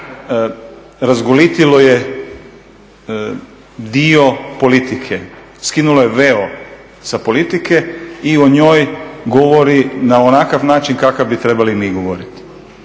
razgolitilo je dio politike, skinulo je veo sa politike i o njoj govori na onakav način kakav bi morali mi govoriti.